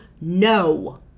No